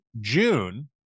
June